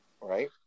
right